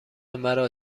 مرا